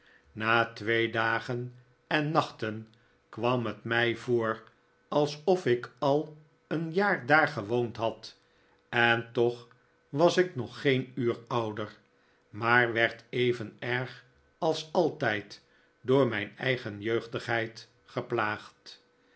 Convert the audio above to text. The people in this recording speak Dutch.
na twee dagen en nachten kwam het mij voor alsof ik al een jaar daar gewoond had en toch was ik nog geeri uur ouder maar werd even erg als altijd door mijn eigen jeugdigheid geplaagd